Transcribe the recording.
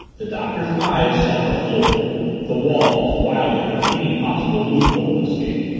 the doctor's eyes sought the floor the walls wildly for any possible loophole of escape.